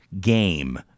game